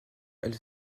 elle